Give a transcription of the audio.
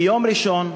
ביום ראשון,